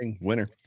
winner